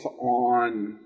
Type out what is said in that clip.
on